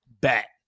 bet